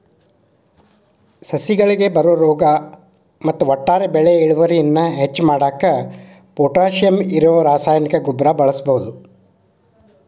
ಸಸಿಗಳಿಗೆ ಬರೋ ರೋಗ ಮತ್ತ ಒಟ್ಟಾರೆ ಬೆಳಿ ಇಳುವರಿಯನ್ನ ಹೆಚ್ಚ್ ಮಾಡಾಕ ಪೊಟ್ಯಾಶಿಯಂ ಇರೋ ರಾಸಾಯನಿಕ ಗೊಬ್ಬರ ಬಳಸ್ಬಹುದು